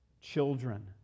children